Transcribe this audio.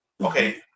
okay